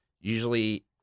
usually